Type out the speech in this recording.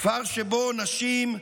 כפר שבו נשים,